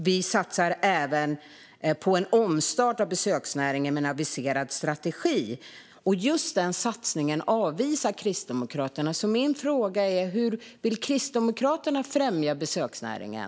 Vi satsar även på en omstart av besöksnäringen med en aviserad strategi. Just den satsningen avvisar Kristdemokraterna, så min fråga är hur Kristdemokraterna vill främja besöksnäringen.